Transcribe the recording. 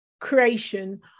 creation